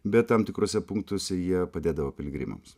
bet tam tikruose punktuose jie padėdavo piligrimams